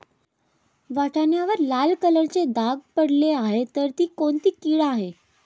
वाटाण्यावर लाल कलरचे डाग पडले आहे तर ती कोणती कीड आहे?